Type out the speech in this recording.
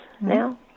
now